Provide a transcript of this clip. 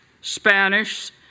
Spanish